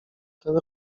ten